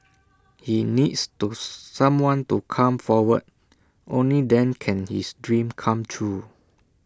he needs to someone to come forward only then can his dream come true